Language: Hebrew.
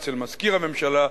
אצל מזכיר הממשלה,